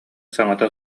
саҥата